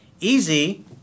easy